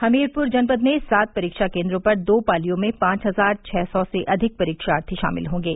हमीरपुर जनपद में सात परीक्षा केन्द्रों पर दो पालियो में पांच हजार छह सौ से अधिक परीक्षार्थी शामिल होंगे